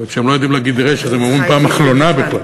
וכשהם לא יודעים להגיד רי"ש אז הם אומרים "פם אחונה" בכלל,